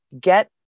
get